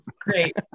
great